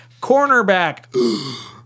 cornerback